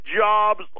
jobs